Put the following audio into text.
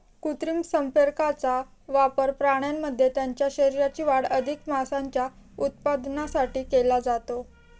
कृत्रिम संप्रेरकांचा वापर प्राण्यांमध्ये त्यांच्या शरीराची वाढ अधिक मांसाच्या उत्पादनासाठी केला जातो